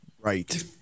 Right